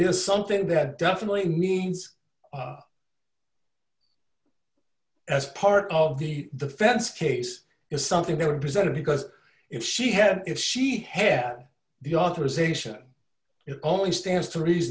is something that definitely means as part of the the fence case is something they're presenting because if she had if she had the authorization it only stands to reason